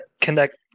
connect